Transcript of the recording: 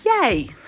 yay